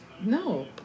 No